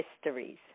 histories